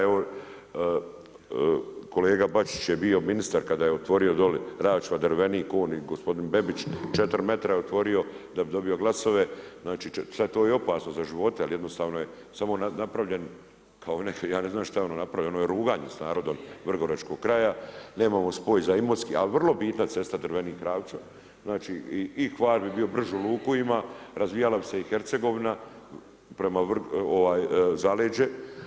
Evo kolega Bačić je bio ministar kada je otvorio dolje Ravča-Drvenik, on i gospodin Bebić, 4 metra je otvorio da bi dobio glasove, znači to je opasno za živote ali jednostavno je samo napravljen, ja ne znam šta je ono napravio, ono je ruganje s narodom vrgoračkog kraja, nemamo spoj za Imotski, a vrlo bitna cesta Drvenik-Ravča, znači i Hvar bi bio, bržu luku ima, razvijala bi se i Hercegovina, zaleđe.